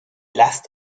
lasst